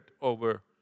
over